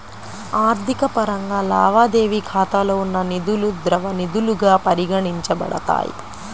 ఆర్థిక పరంగా, లావాదేవీ ఖాతాలో ఉన్న నిధులుద్రవ నిధులుగా పరిగణించబడతాయి